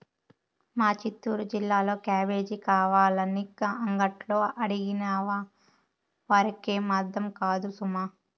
మా చిత్తూరు జిల్లాలో క్యాబేజీ కావాలని అంగట్లో అడిగినావా వారికేం అర్థం కాదు సుమా